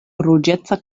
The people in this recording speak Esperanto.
ruĝeca